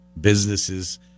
businesses